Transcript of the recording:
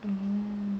mm